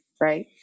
right